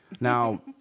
Now